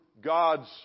God's